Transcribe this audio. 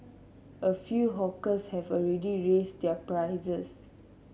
a few hawkers have already raised their prices